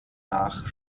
nach